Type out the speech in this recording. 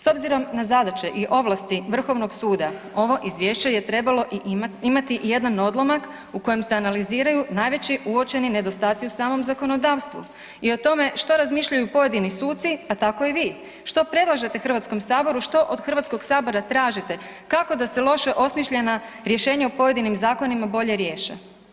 S obzirom na zadaće i ovlasti Vrhovnog suda ovo izvješće je trebalo imati i jedan odlomak u kojem se analiziraju najveći uočeni nedostaci u samom zakonodavstvu i o tome što razmišljaju pojedini suci pa tako i vi, što predlažete Hrvatskom saboru, što od Hrvatskog sabora tražite, kako da se loše osmišljena rješenja u pojedinim zakonima bolje riješe.